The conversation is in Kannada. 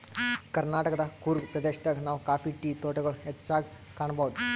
ಕರ್ನಾಟಕದ್ ಕೂರ್ಗ್ ಪ್ರದೇಶದಾಗ್ ನಾವ್ ಕಾಫಿ ಟೀ ತೋಟಗೊಳ್ ಹೆಚ್ಚಾಗ್ ಕಾಣಬಹುದ್